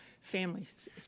families